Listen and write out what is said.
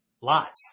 Lots